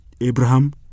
Abraham